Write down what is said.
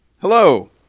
Hello